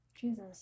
Jesus